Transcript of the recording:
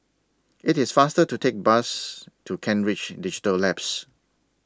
IT IS faster to Take Bus to Kent Ridge Digital Labs